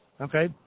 Okay